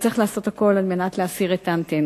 צריך לעשות את הכול על מנת להסיר את האנטנות.